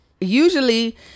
usually